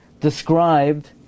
described